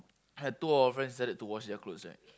had two our friend started to wash their cloth right